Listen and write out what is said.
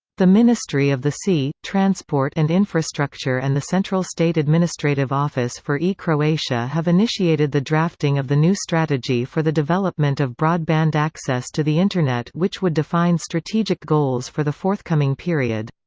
the ministry of the sea, transport and infrastructure and the central state administrative office for e-croatia have initiated the drafting of the new strategy for the development of broadband access to the internet which would define strategic goals for the forthcoming period.